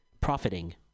Profiting